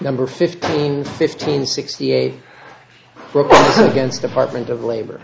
number fifteen fifteen sixty eight against department of labor